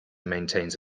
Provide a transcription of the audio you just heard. maintains